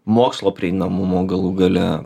mokslo prieinamumo galų gale